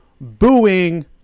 booing